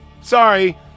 sorry